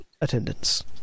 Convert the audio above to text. attendance